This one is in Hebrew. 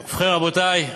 ובכן, רבותי,